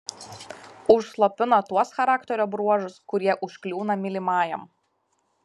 užslopina tuos charakterio bruožus kurie užkliūna mylimajam